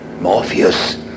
Morpheus